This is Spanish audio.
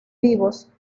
vivos